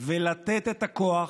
אסור ללכת לתקציב דו-שנתי.